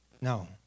No